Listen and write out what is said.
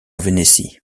vénétie